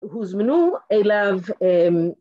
‫הוזמנו אליו אמ...